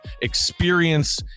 experience